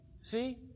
See